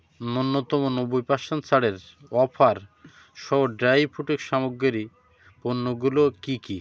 ন্যূনতম নব্বই পারসেন্ট ছাড়ের অফার সহ ড্রাই ফ্রুটের সামগ্রীর পণ্যগুলো কী কী